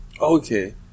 Okay